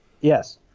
Yes